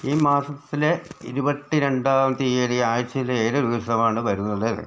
ഈ മാസത്തിലെ ഇരുപത്തിരണ്ടാം തീയതി ആഴ്ചയിലെ ഏത് ദിവസമാണ് വരുന്നത്